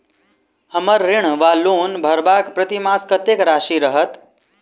हम्मर ऋण वा लोन भरबाक प्रतिमास कत्तेक राशि रहत?